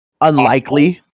Unlikely